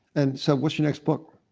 and so what's your next book?